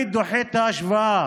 אני דוחה את ההשוואה